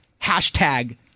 hashtag